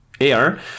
Air